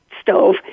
stove